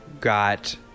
got